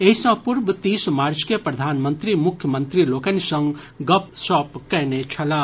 एहि सँ पूर्व तीस मार्च के प्रधानमंत्री मुख्यमंत्री लोकनि सँ गपशप कएने छलाह